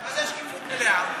מה זה השקיפות המלאה?